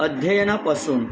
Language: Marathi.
अध्ययनापासून